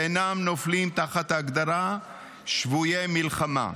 ואינם נופלים תחת ההגדרה שבוי מלחמה,